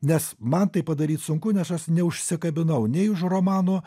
nes man tai padaryt sunku nes aš neužsikabinau nei už romanų